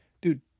dude